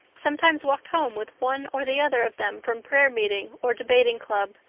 sometimes walked home with one or the other of them from prayer meeting or debating club.